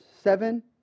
Seven